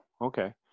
Okay